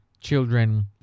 children